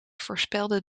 voorspelde